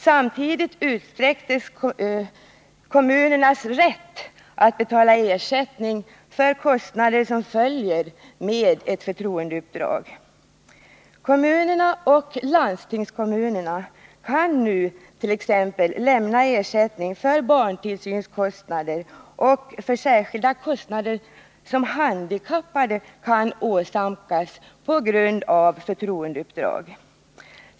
Samtidigt utsträcktes kommunernas rätt att betala ersättning för kostnader som följer med ett förtroendeuppdrag. Kommunerna och landstingskommunerna kan nu t.ex. lämna ersättning för barntillsynskostnader och för särskilda kostnader som handikappade kan åsamkas på grund av förtroendeuppdrag.